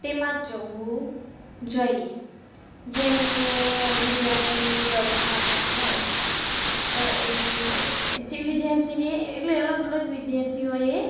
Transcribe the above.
તેમાં જ જવું જોઈએ જેમકે વિદ્યાર્થી દસમામાં હોય તો એને જે વિદ્યાર્થીને એટલે અલગ અલગ વિદ્યાર્થીઓએ